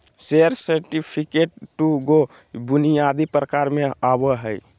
share certificate दू गो बुनियादी प्रकार में आवय हइ